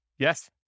Yes